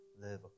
live